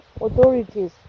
authorities